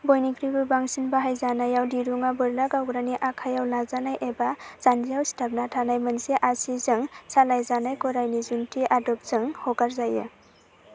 बयनिख्रुयबो बांसिन बाहायजानायाव दिरुङा बोरला गावग्रानि आखायाव लाजानाय एबा जानजियाव सिथाबना थानाय मोनसे आसिजों सालायजानाय गरायनि जुन्थि आदबजों हगारजायो